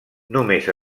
només